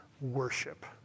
worship